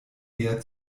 eher